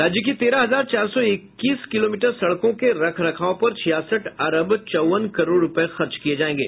राज्य की तेरह हजार चार सौ इक्कीस किलोमीटर सड़कों के रख रखाब पर छियासठ अरब चौवन करोड़ रूपये खर्च किये जायेंगे